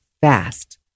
fast